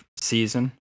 season